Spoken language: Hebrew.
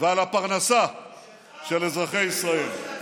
ועל הפרנסה של אזרחי ישראל, שלך.